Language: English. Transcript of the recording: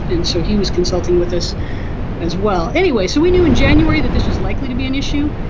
and so he was consulting with us as well anyway. so we knew in january that this was likely to be an issue.